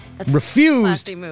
Refused